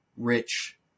Rich